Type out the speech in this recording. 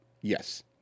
Yes